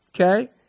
Okay